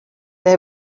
they